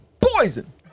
Poison